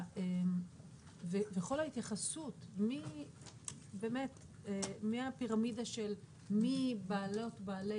כל ההתייחסות מבאמת הפירמידה של בעלי ובעלות